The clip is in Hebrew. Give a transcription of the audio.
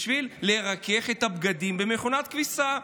בשביל לרכך את הבגדים במכונת כביסה.